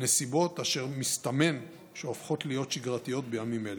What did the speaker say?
נסיבות אשר מסתמן שהופכות להיות שגרתיות בימים אלה.